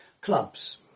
clubs